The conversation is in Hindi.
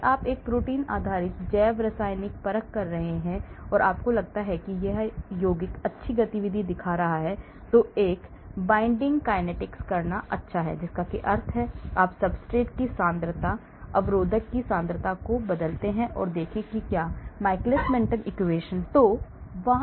यदि आप एक प्रोटीन आधारित जैव रासायनिक परख कर रहे हैं यदि आपको लगता है कि एक यौगिक अच्छी गतिविधि दिखा रहा है तो एक binding kinetics करना अच्छा है जिसका अर्थ है कि आप सब्सट्रेट की सांद्रता अवरोधक की सांद्रता को बदलते हैं और देखें कि क्या यह Michaelis Menten equation का अनुसरण करता है इसलिए यह binding kinetics है